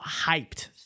hyped